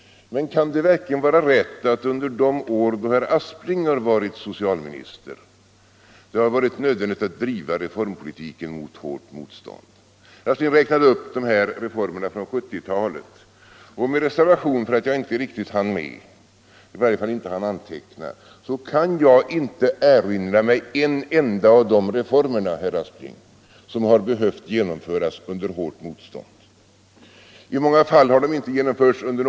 Men kan det verkligen vara rätt att under de år då herr Aspling varit socialminister det har varit nödvändigt att driva reformpolitiken under hårt motstånd? Med reservation för att jag inte hann anteckna alla de reformer under 1970-talet som herr Aspling räknade upp, kan jag inte erinra mig en enda av dessa reformer som behövt genomföras under hårt motstånd. I många fall har det inte varit motstånd alls.